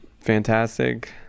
fantastic